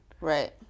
Right